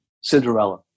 Cinderella